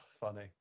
funny